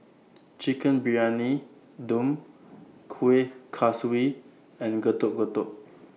Chicken Briyani Dum Kuih Kaswi and Getuk Getuk